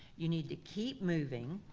you need to keep moving,